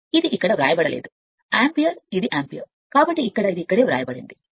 ఇది ఇక్కడ వ్రాయబడలేదు యాంపియర్ ఇది యాంపియర్ కాబట్టి ఇక్కడ ఇది ఇక్కడే వ్రాయబడింది